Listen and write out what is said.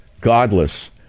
godless